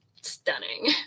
stunning